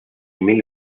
mil